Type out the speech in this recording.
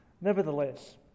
Nevertheless